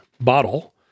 bottle